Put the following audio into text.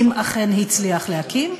אם אכן הצליח להקים,